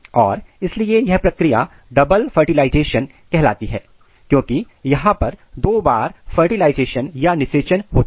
और इसीलिए यह प्रक्रिया डबल फर्टिलाइजेशन कहलाती है क्योंकि यहां पर दो बार फर्टिलाइजेशन या निषेचन होता है